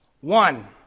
One